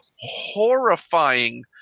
horrifying